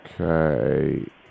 Okay